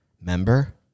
member